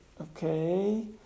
okay